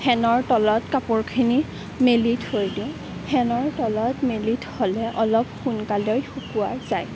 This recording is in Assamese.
ফেনৰ তলত কাপোৰখিনি মেলি থৈ দিওঁ ফেনৰ তলত মেলি থলে অলপ সোনকালে শুকোৱা যায়